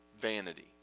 vanity